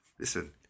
listen